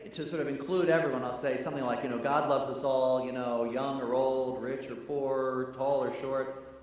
to sort of include everyone, i'll say something like you know god loves us all, you know young or old, rich or poor, tall or short,